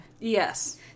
Yes